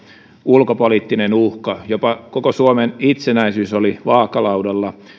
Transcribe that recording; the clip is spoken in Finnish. ulkopoliittinen uhka jopa koko suomen itsenäisyys oli vaakalaudalla